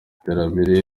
iterambere